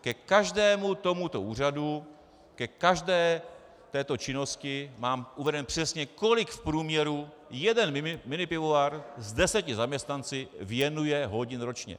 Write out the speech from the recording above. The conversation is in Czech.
Ke každému tomuto úřadu, ke každé této činnosti mám uvedeno přesně, kolik v průměru jeden minipivovar s deseti zaměstnanci věnuje hodin ročně.